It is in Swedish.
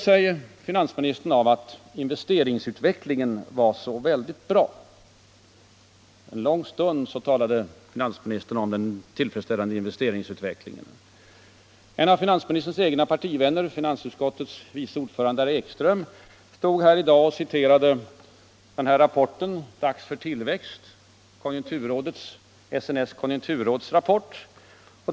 Finansministern berömde sig av att investeringsutvecklingen har varit så bra. En lång stund talade finansministern om den tillfredsställande investeringsutvecklingen. En av finansministerns egna partivänner, fi nansutskottets vice ordförande herr Ekström, stod här i dag och citerade ur Konjunkturrådets rapport Dags för tillväxt? — utgiven av Studieförbundet Näringsliv och Samhälle, SNS.